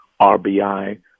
RBI